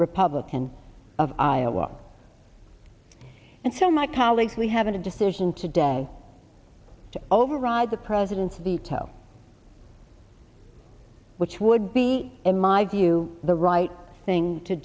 republican of iowa and so my colleagues we have a decision today to override the president's veto which would be in my view the right thing to